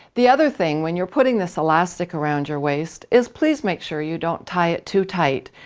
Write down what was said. the other thing, when you're putting this elastic around your waist, is please make sure you don't tie it too tight.